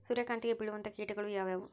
ಸೂರ್ಯಕಾಂತಿಗೆ ಬೇಳುವಂತಹ ಕೇಟಗಳು ಯಾವ್ಯಾವು?